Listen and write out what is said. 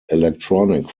electronic